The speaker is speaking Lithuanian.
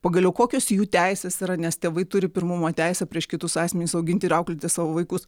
pagaliau kokios jų teisės yra nes tėvai turi pirmumo teisę prieš kitus asmenis auginti ir auklėti savo vaikus